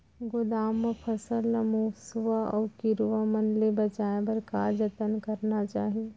गोदाम मा फसल ला मुसवा अऊ कीरवा मन ले बचाये बर का जतन करना चाही?